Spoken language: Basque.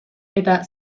eta